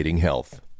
health